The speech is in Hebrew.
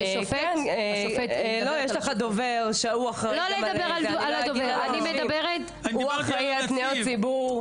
יש לך דובר הוא אחראי על פניות ציבור,